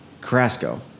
Carrasco